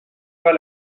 pas